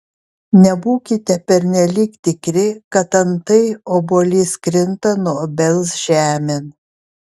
nebūkite pernelyg tikri kad antai obuolys krinta nuo obels žemėn